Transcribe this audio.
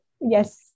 yes